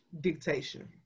dictation